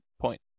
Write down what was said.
point